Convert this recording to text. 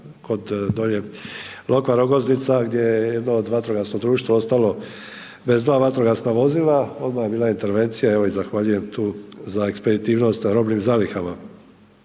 kod dolje Lokva, Rogoznica gdje je jedno vatrogasno društvo ostalo bez 2 vatrogasna vozila odmah je bila intervencija, evo i zahvaljujem tu za ekspeditivnost robnim zalihama.